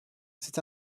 c’est